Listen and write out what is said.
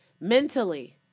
Mentally